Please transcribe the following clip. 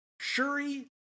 shuri